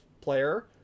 player